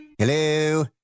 Hello